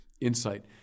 insight